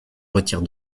retire